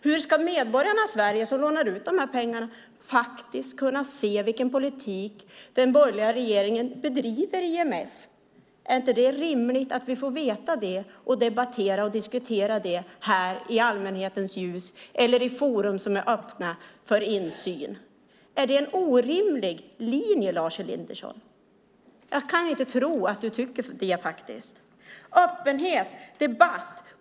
Hur ska medborgarna i Sverige som lånar ut de här pengarna faktiskt kunna se vilken politik den borgerliga regeringen bedriver i IMF? Är det inte rimligt att vi får veta det och debattera och diskutera det här i allmänhetens ljus eller i forum som är öppna för insyn? Är det en orimlig linje, Lars Elinderson? Jag kan inte tro att du tycker det.